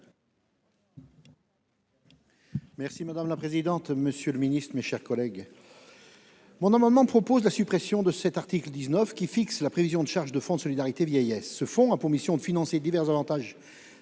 Merci madame la présidente. Monsieur le Ministre, mes chers collègues. Mon amendement propose la suppression de cet article 19 qui fixe la prévision de charges de fonds de solidarité vieillesse ce fonds a pour mission de financer divers avantages